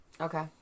Okay